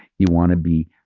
you want to be,